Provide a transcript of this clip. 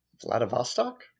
Vladivostok